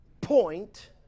point